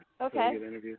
Okay